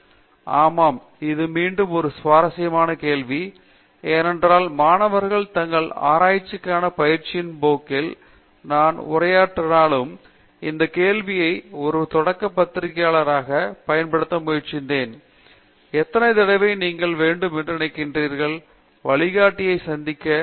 அனந்த சுப்பிரமணியன் ஆமாம் இது மீண்டும் ஒரு சுவாரஸ்யமான கேள்வி ஏனென்றால் மாணவர்கள் தங்கள் ஆராய்ச்சிக்கான பயிற்சியின் போக்கில் நான் உரையாற்றினாலும் இந்த கேள்வியை ஒரு தொடக்கப் பத்திரிகையாளராகப் பயன்படுத்த முயற்சித்தேன் எத்தனை தடவை நீங்கள் வேண்டும் என்று நினைக்கிறீர்கள் வழிகாட்டியை சந்திக்க